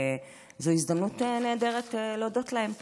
וזו הזדמנות נהדרת להודות להם פה.